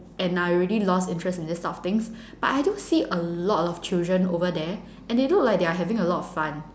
and I already lost interest in these sort of things but I do see a lot of children over there and they look like they're having a lot of fun